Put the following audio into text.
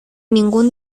ningún